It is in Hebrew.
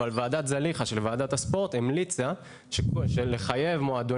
אבל ועדת זליכה של ועדת הספורט המליצה לחייב מועדון